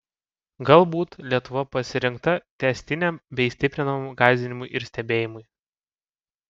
galbūt lietuva pasirinkta tęstiniam bei stiprinamam gąsdinimui ir stebėjimui